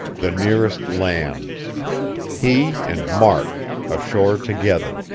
the nearest land he and mark ashore together.